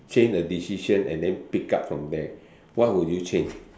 change the decision and then pick up from there what would you change